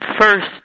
first